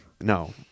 No